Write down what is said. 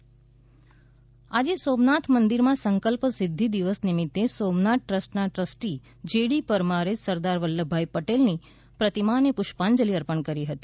સોમનાથ સંકલ્પ દિવસ આજે સોમનાથ મંદિરમાં સંકલ્પ સિદ્ધિ દિવસ નિમિતે સોમનાથ ટ્રસ્ટના ટ્રસ્ટી જે ડી પરમારે સરદાર વલ્લભભાઇ પટેલની પ્રતિમાને પુષ્પાંજલિ અર્પણ કરી હતી